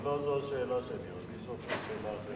אבל לא זו השאלה שלי, רציתי לשאול אותך שאלה אחרת.